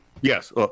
Yes